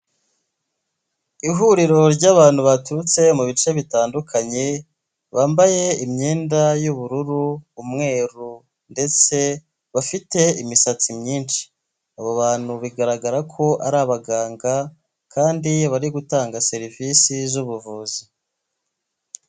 Ihuriro ry'abantu baturutse mu bice bitandukanye bambaye imyenda y'ubururu umweru ndetse bafite imisatsi myinshi abo bantu bigaragara ko ari abaganga kandi bari gutanga serivisi z'ubuvuzi.